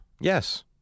Yes